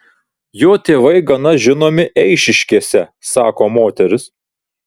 jo tėvai gana žinomi eišiškėse sako moteris